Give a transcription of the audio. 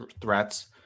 threats